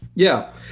yeah.